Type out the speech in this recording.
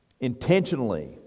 intentionally